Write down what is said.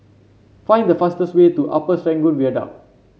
find the fastest way to Upper Serangoon Viaduct